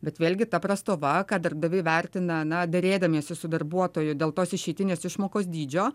bet vėlgi ta prastova kad darbdaviai vertina na derėdamiesi su darbuotoju dėl tos išeitinės išmokos dydžio